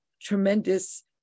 tremendous